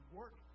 work